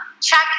Check